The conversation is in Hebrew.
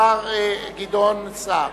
השר גדעון סער.